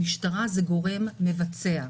המשטרה היא גורם מבצע.